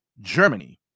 Germany